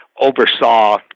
oversaw